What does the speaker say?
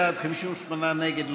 57 בעד, 58 נגד.